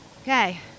Okay